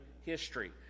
history